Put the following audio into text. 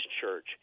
Church